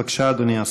בבקשה, אדוני השר.